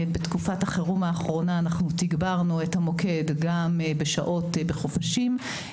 בתקופת החירום האחרונה אנחנו תגברנו את המוקד גם בשעות בחופשים.